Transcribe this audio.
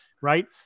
right